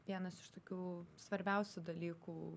vienas iš tokių svarbiausių dalykų